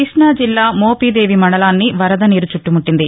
క్బష్ణా జిల్లా మోపిదేవి మండలాన్ని వరద నీరు చుట్టముట్టింది